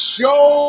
Show